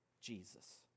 Jesus